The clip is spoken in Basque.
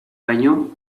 baino